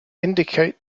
indicate